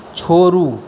छोड़ू